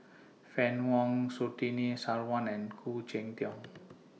Fann Wong Surtini Sarwan and Khoo Cheng Tiong